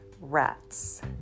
rats